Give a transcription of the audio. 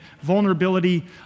vulnerability